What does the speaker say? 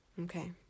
Okay